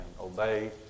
obey